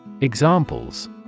Examples